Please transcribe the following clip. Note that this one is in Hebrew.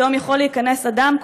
היום יכול להיכנס אדם,